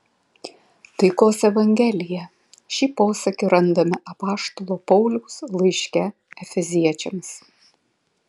taikos evangelija šį posakį randame apaštalo pauliaus laiške efeziečiams